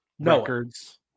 Records